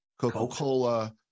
Coca-Cola